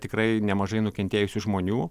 tikrai nemažai nukentėjusių žmonių